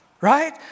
right